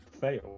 fail